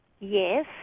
Yes